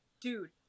dude